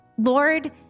Lord